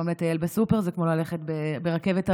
היום לטייל בסופר זה כמו ללכת ברכבת הרים,